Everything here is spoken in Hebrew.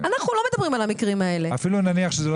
אנחנו לא מדברים על המקרים האלה.